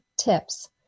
tips